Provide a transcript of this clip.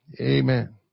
amen